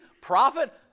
Profit